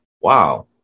Wow